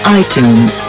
iTunes